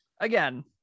Again